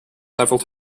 several